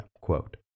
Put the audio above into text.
Quote